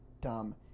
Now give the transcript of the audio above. Dumb